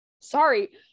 Sorry